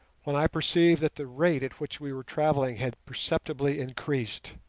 when i perceived that the rate at which we were travelling had perceptibly increased.